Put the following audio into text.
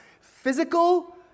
physical